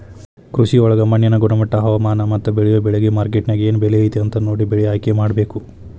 ಕೃಷಿಯೊಳಗ ಮಣ್ಣಿನ ಗುಣಮಟ್ಟ, ಹವಾಮಾನ, ಮತ್ತ ಬೇಳಿಯೊ ಬೆಳಿಗೆ ಮಾರ್ಕೆಟ್ನ್ಯಾಗ ಏನ್ ಬೆಲೆ ಐತಿ ಅಂತ ನೋಡಿ ಬೆಳೆ ಆಯ್ಕೆಮಾಡಬೇಕು